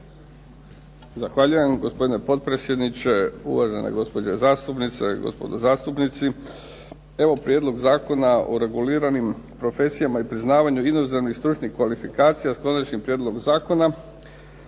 Zahvaljujem gospodine potpredsjedniče, uvažena gospođo zastupnice, gospodo zastupnici. Evo, Prijedlog zakona o reguliranim profesijama i priznavanju inozemnih stručnih kvalifikacija s Konačnim prijedlogom zakona